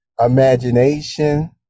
imagination